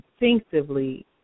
instinctively